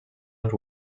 and